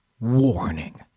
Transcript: Warning